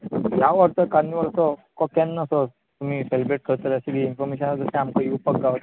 ह्या वर्सा कार्निवल असो केन्नासो तुमी सॅलब्रेट करतले अशें बी इन्फॉर्मेशन जशे आमकां योवपाक गावतले